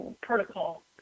protocol